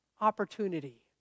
opportunity